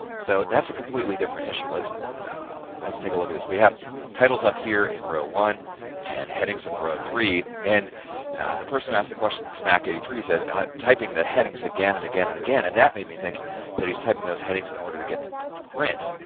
so, that's a completely different issue. let's let's take a look at this. we have titles up here in row one and headings in row three. and the person who asked the question, mack eighty three said, i'm typing the headings again and again and again. and that made me think that he's typing those headings in order to get them to print.